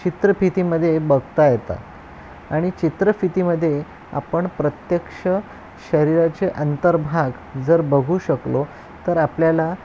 चित्रफितीमध्ये बघता येतात आणि चित्रफितीमध्ये आपण प्रत्यक्ष शरीराचे अंतर्भाग जर बघू शकलो तर आपल्याला